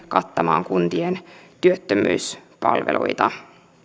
kattamaan kuntien työttömyyspalveluita